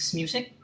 music